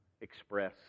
express